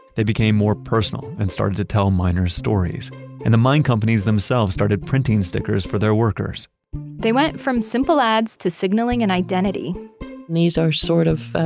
they became more personal and started to tell miner's stories and the mine companies themselves started printing stickers for their workers they went from simple ads to signaling and identity and these are sort of,